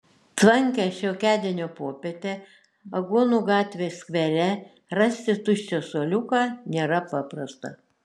tvankią šiokiadienio popietę aguonų gatvės skvere rasti tuščią suoliuką nėra paprasta